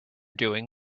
doing